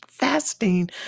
Fasting